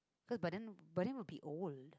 cause by then by then we'll be old